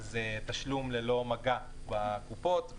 תשלום ללא מגע בקופות.